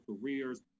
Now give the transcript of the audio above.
careers